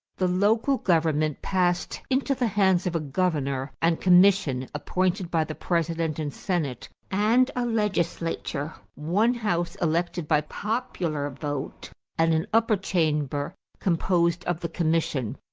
the local government passed into the hands of a governor and commission, appointed by the president and senate, and a legislature one house elected by popular vote and an upper chamber composed of the commission.